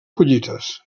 collites